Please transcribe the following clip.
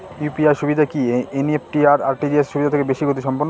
UPI সুবিধা কি NEFT আর আর.টি.জি.এস সুবিধা থেকে বেশি গতিসম্পন্ন?